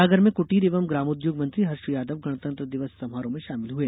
सागर में कुटीर एवं ग्रामोद्योग मंत्री हर्ष यादव गणतंत्र दिवस समारोह में शामिल हुए